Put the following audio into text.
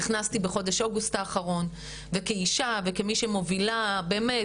נכנסתי בחודש אוגוסט האחרון וכאישה וכמי שמובילה באמת,